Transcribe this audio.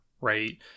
right